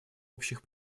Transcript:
общих